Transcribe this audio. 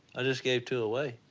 i just gave two away.